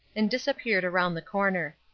and disappeared around the corner.